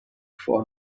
for